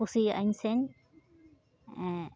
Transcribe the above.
ᱠᱩᱥᱤᱭᱟᱜᱟᱹᱧ ᱥᱮᱧ